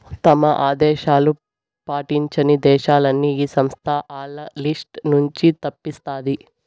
తమ ఆదేశాలు పాటించని దేశాలని ఈ సంస్థ ఆల్ల లిస్ట్ నుంచి తప్పిస్తాది